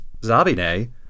Zabine